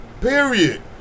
Period